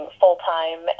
full-time